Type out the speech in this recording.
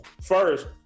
First